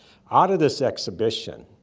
out of this exhibition,